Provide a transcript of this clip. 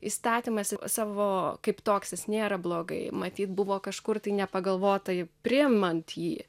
įstatymas savo kaip toks jis nėra blogai matyt buvo kažkur tai nepagalvota priimant jį